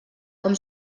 com